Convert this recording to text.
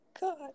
God